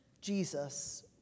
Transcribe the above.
Jesus